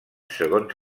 segons